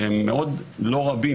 שהם מאוד לא רבים,